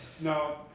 No